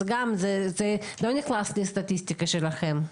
אז גם זה לא נכנס לסטטיסטיקה שלכם.